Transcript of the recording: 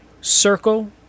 circle